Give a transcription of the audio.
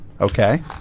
Okay